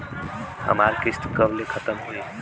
हमार किस्त कब ले खतम होई?